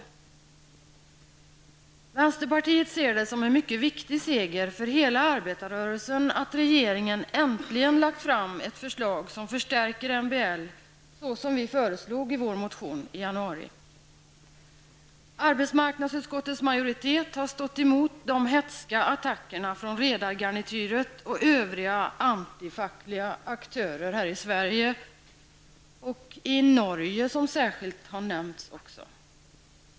Vänsterpartiet ser det som en mycket viktig seger för hela arbetarrörelsen att regeringen äntligen har lagt fram ett förslag som förstärker MBL så som vi föreslog i vår motion i januari. Arbetsmarknadsutskottets majoritet har stått emot de hätska attackerna från redargarnityret och övriga antifackliga aktörer här i Sverige och i Norge, som särskilt har nämnts.